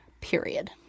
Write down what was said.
period